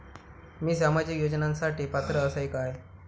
मी सामाजिक योजनांसाठी पात्र असय काय?